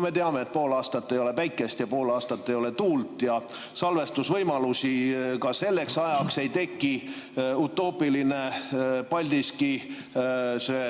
Me teame, et pool aastat ei ole päikest ja pool aastat ei ole tuult ja salvestusvõimalusi ka selleks ajaks ei teki. Utoopiline Paldiski see,